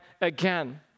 again